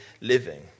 living